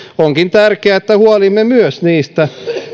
onkin tärkeää että huolehdimme myös niistä